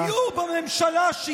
היו בממשלה, תודה רבה.